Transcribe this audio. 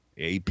AP